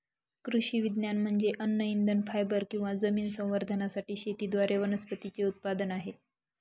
कृषी विज्ञान म्हणजे अन्न इंधन फायबर किंवा जमीन संवर्धनासाठी शेतीद्वारे वनस्पतींचे उत्पादन आहे